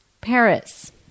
Paris